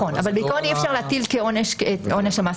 אבל בעיקרון אי אפשר להטיל את עונש המאסר.